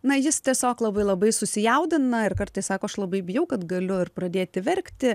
na jis tiesiog labai labai susijaudina ir kartais sako aš labai bijau kad galiu ir pradėti verkti